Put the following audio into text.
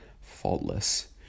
faultless